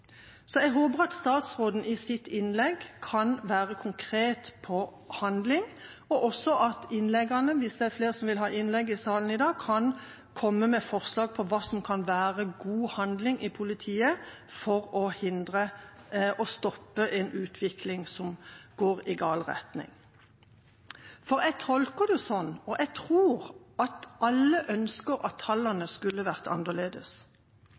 Jeg håper at statsråden i innlegget sitt kan være konkret når det gjelder handling, og også at innleggene, hvis det er flere som vil ha innlegg i salen i dag, kan komme med forslag til hva som kan være god handling i politiet for å stoppe en utvikling som går i gal retning. For jeg tolker det sånn – og jeg tror – at alle ønsker at tallene skulle vært annerledes.